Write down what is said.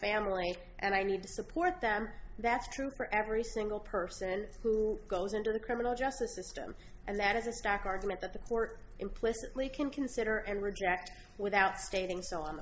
family and i need to support them that's true for every single person who goes under the criminal justice system and that is a stark argument that the court implicitly can consider and reject without stating so